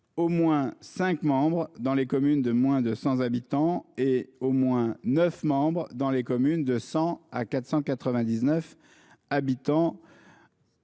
au moins cinq membres dans les communes de moins de 100 habitants et au moins neuf membres dans les communes de 100 à 499 habitants.